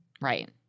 Right